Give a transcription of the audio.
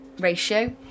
ratio